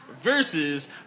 versus